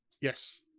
Yes